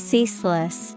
Ceaseless